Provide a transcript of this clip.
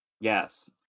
Yes